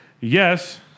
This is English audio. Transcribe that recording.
yes